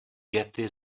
věty